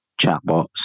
chatbots